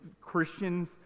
Christians